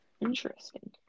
Interesting